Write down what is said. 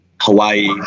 Hawaii